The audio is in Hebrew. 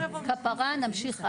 כפרה, נמשיך הלאה.